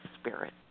Spirit